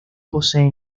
posee